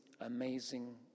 amazing